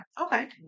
Okay